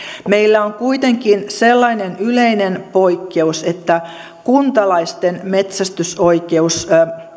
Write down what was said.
meillä on kuitenkin sellainen yleinen poikkeus että kuntalaisten metsästysoikeus